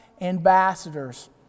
ambassadors